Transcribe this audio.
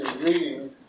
reading